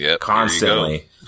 constantly